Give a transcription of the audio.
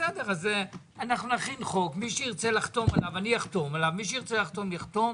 נכין חוק ואני אחתום עליו ומי שירצה לחתום יחתום